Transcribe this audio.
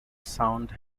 sound